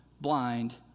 blind